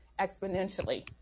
exponentially